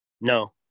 no